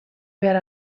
behar